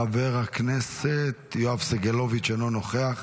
חבר הכנסת יואב סגלוביץ' אינו נוכח.